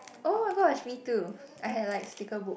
oh-my-gosh me too I had like sticker book